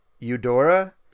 eudora